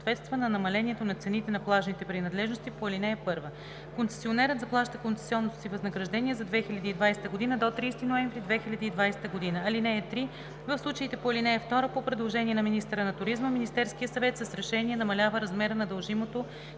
на намалението на цените на плажните принадлежности по ал. 1. Концесионерът заплаща концесионното си възнаграждение за 2020 г. до 30 ноември 2020 г. (3) В случаите по ал. 2 по предложение на министъра на туризма Министерският съвет с решение намалява размера на дължимото